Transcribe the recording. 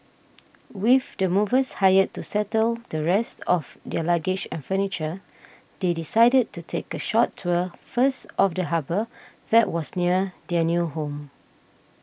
with the movers hired to settle the rest of their luggage and furniture they decided to take a short tour first of the harbour that was near their new home